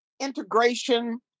integration